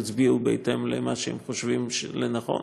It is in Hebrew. יצביעו בהתאם למה שהם חושבים לנכון.